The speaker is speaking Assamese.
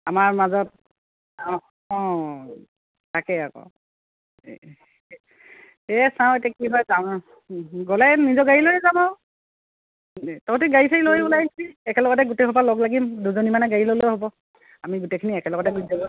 আমাৰ মাজত অঁ অঁ তাকেই আকৌ এ চাওঁ এতিয়া কি হয় যাও গ'লে নিজৰ গাড়ী লৈয়ে যাম আৰু তহঁতি গাড়ী চাৰি লৈ ওলাই আহিবি একেলগতে গোটেই সোপা লগ লাগিম দুজনীমানে গাড়ী ল'লেও হ'ব আমি গোটেইখিনি একেলগতে গুছি যাব পাৰিম